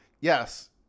yes